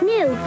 New